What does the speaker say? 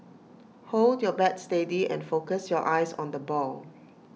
hold your bat steady and focus your eyes on the ball